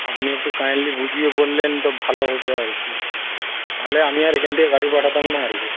আপনি একটু কাইন্ডলি বুঝিয়ে বললেন তো ভালো হতো আর কি তাহলে আমি আর এখান থেকে গাড়ি পাঠাতাম না আর কি